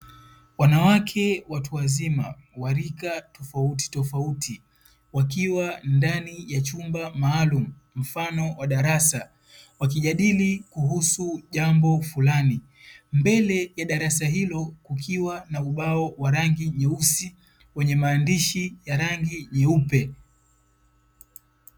Wanawake watu wazima wa rika tofauti tofauti wakiwa ndani ya chumba maalumu, mfano wa darasa wakijadili kuhusu jambo fulani mbele ya darasa hilo kukiwa na ubao wa rangi nyeusi wenye maandishi ya rangi nyeupe.